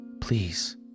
Please